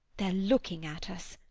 they're looking at us.